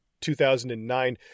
2009